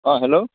অঁ হেল্ল'